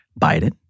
Biden